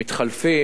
מתחלפים,